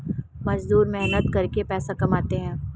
मजदूर मेहनत करके पैसा कमाते है